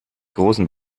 großen